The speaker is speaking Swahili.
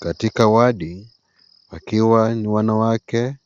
Katika wadi wakiwa ni wanawake,